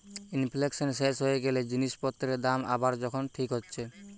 inflation শেষ হয়ে গ্যালে জিনিস পত্রের দাম আবার যখন ঠিক হচ্ছে